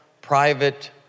private